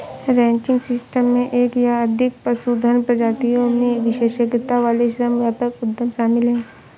ranching system में एक या अधिक पशुधन प्रजातियों में विशेषज्ञता वाले श्रम व्यापक उद्यम शामिल हैं